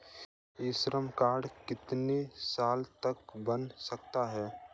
ई Shram card कितने साल तक बन सकता है?